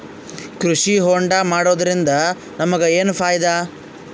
ಕೃಷಿ ಹೋಂಡಾ ಮಾಡೋದ್ರಿಂದ ನಮಗ ಏನ್ ಫಾಯಿದಾ?